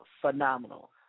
phenomenal